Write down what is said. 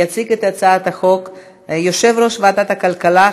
יציג את הצעת החוק יושב-ראש ועדת הכלכלה,